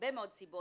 מהרבה מאוד סיבות.